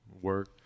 work